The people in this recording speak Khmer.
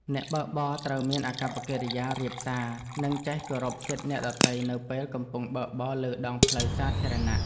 អ្នកបើកបរត្រូវមានអាកប្បកិរិយារាបសារ និងចេះគោរពសិទ្ធិអ្នកដទៃនៅពេលកំពុងបើកបរលើដងផ្លូវសាធារណៈ។